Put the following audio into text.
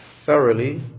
thoroughly